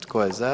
Tko je za?